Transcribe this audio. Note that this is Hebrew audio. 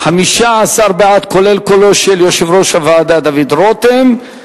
15 בעד, כולל קולו של יושב-ראש הוועדה דוד רותם,